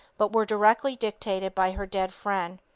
but were directly dictated by her dead friend.